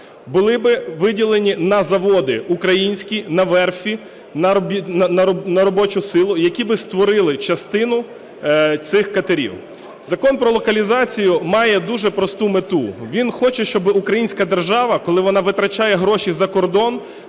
були би виділені на заводи українські, на верфі, на робочу силу, які би створили частину цих катерів. Закон про локалізацію має дуже просту мету. Він хоче, щоб українська держава, коли вона витрачає гроші за кордон